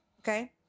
Okay